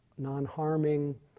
non-harming